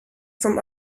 from